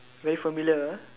very familiar ah